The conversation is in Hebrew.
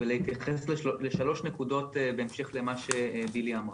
ולהתייחס לשלוש נקודות בהמשך למה שבילי אמרה.